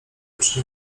przy